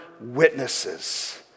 witnesses